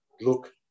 look